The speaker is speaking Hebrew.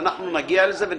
נגיע ונתמודד.